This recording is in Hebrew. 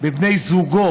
בבן זוגו